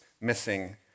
missing